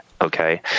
okay